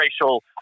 racial